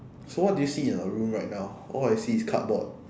so what do you see in your room right now all I see is cardboard